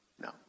No